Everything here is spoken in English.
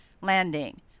landing